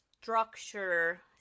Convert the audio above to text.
structure